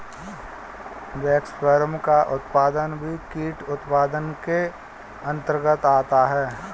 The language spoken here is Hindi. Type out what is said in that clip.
वैक्सवर्म का उत्पादन भी कीट उत्पादन के अंतर्गत आता है